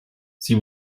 sie